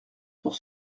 pour